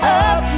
up